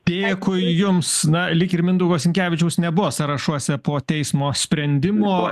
dėkui jums na lyg ir mindaugo sinkevičiaus nebuvo sąrašuose po teismo sprendimo